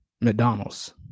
McDonald's